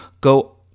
Go